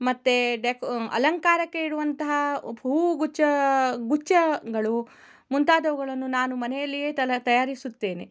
ಮತ್ತು ಡೆಕೋ ಅಲಂಕಾರಕ್ಕೆ ಇಡುವಂತಹ ಹೂ ಗುಚ್ಛ ಗುಚ್ಛಗಳು ಮುಂತಾದವುಗಳನ್ನು ನಾನು ಮನೆಯಲ್ಲಿಯೇ ತಲಾ ತಯಾರಿಸುತ್ತೇನೆ